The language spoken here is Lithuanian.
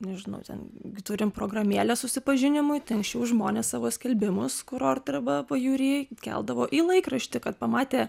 nežinau ten turim programėlę susipažinimui tai anksčiau žmonės savo skelbimus kurorte arba pajūry keldavo į laikraštį kad pamatė